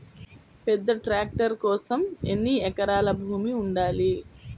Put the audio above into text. పెద్ద ట్రాక్టర్ కోసం ఎన్ని ఎకరాల భూమి ఉండాలి?